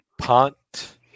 punt